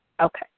Okay